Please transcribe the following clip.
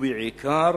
ובעיקר